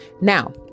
Now